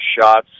shots